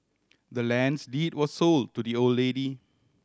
the land's deed was sold to the old lady